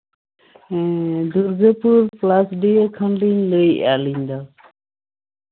ᱦᱩᱸ ᱫᱩᱨᱜᱟᱹᱯᱩᱨ ᱯᱚᱞᱟᱥᱰᱤᱦᱟᱹ ᱠᱷᱚᱱᱞᱤᱧ ᱞᱟᱹᱭᱮᱫᱼᱟ ᱟᱹᱞᱤᱧ ᱫᱚ